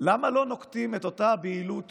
למה לא נוקטים את אותה בהילות